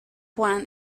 one